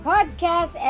Podcast